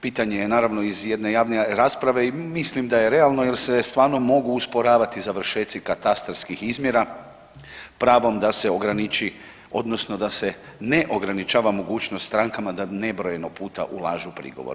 Pitanje je naravno, iz jedne javne rasprave i mislim da je realno jer se stvarno mogu usporavati završeci katastarskih izmjera pravom da se ograniči odnosno da se ne ograničava mogućnost strankama da nebrojeno puta ulažu prigovor.